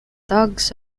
tugs